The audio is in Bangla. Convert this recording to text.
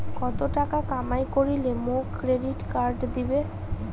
কত টাকা কামাই করিলে মোক ক্রেডিট কার্ড দিবে?